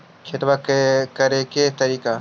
खेतिया करेके के तारिका?